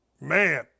Man